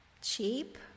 cheap